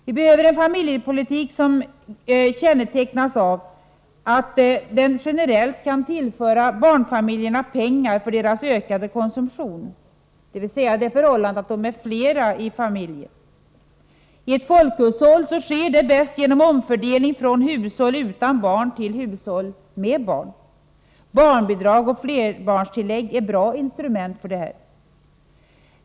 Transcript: Vi behöver en familjepolitik som kännetecknas av att den generellt kan tillföra barnfamiljerna pengar för deras ökade konsumtion, dvs. därför att de är fler i familjen. I ett folkhushåll sker det bäst genom omfördelning från hushåll utan barn till hushåll med barn. Barnbidrag och flerbarnstillägg är bra instrument för detta.